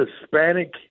Hispanic